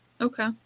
Okay